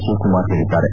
ಶಿವಕುಮಾರ್ ಹೇಳಿದ್ದಾರೆ